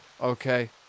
okay